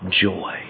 joy